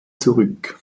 zurück